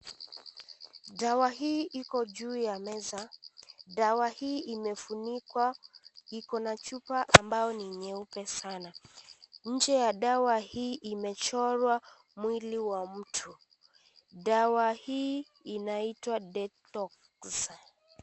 Dawa hii iko juu ya meza, dawa hii imefunikwa iko na chupa ambao ni nyeupe sana nje ya dawa hii imechorwa mwili wa mtu, dawa hii inaitwa (cs)detox(cs).